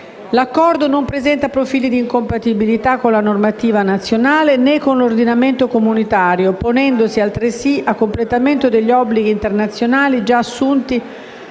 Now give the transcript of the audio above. L'Accordo non presenta profili di incompatibilità con la normativa nazionale, né con l'ordinamento comunitario, ponendosi altresì a completamento degli obblighi internazionali già assunti